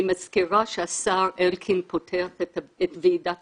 אני מזכירה שהשר אלקין פותח את ועידת